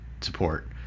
support